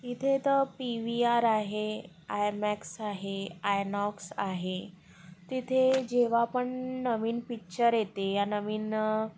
इथे तर P V R आहे आयमॅक्स आहे आयनॉक्स आहे तिथे जेव्हा पण नवीन पिक्चर येते या नवीन